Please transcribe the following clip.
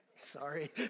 sorry